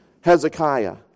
Hezekiah